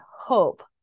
hope